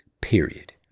period